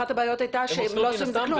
אחת הבעיות הייתה שהם לא עשו עם זה כלום.